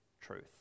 truth